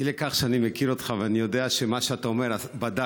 אי לכך שאני מכיר אותך ואני יודע שאת מה שאתה אומר בדקת,